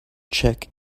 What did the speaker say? check